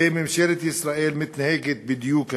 וממשלת ישראל מתנהגת בדיוק להפך.